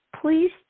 please